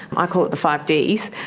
i call it the five ds.